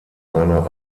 einer